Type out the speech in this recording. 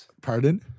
Pardon